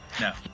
no